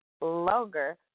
longer